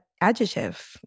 adjective